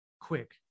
quick